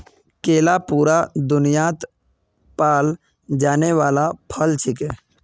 केला पूरा दुन्यात पाल जाने वाला फल छिके